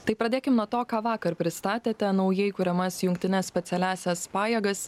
tai pradėkim nuo to ką vakar pristatėte naujai kuriamas jungtines specialiąsias pajėgas